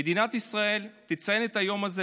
מדינת ישראל תציין את היום הזה,